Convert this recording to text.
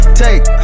take